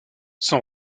son